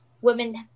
women